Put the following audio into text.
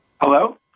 Hello